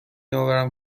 آورم